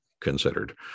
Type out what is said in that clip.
considered